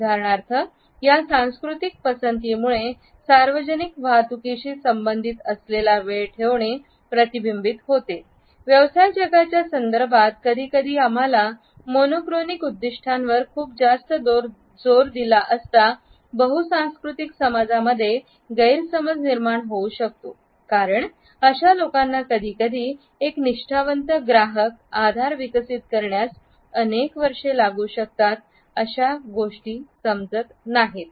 उदाहरणार्थ या सांस्कृतिक पसंतीमुळे सार्वजनिक वाहतुकीशी संबंधित असलेला वेळ ठेवणे प्रतिबिंबित होते व्यवसाय जगाच्या संदर्भात कधीकधी आम्हाला मोनो क्रोनिक उद्दिष्टांवर खूप जास्त जोर दिला असता बहुसांस्कृतिक समाजामध्ये गैरसमज निर्माण होऊ शकतो कारण अशा लोकांना कधीकधी एक निष्ठावंत ग्राहक आधार विकसित करण्यास अनेक वर्षे लागू शकतात अशा गोष्टी समजत नाहीत